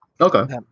Okay